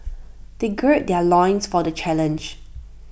they gird their loins for the challenge